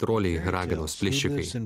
troliai raganos plėšikai